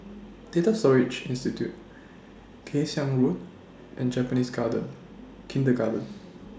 Data Storage Institute Kay Siang Road and Japanese Garden Kindergarten